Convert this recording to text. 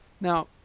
Now